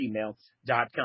gmail.com